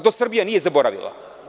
To Srbija nije zaboravila.